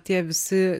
tie visi